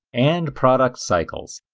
and product cycles.